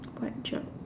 what job